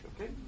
okay